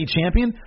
champion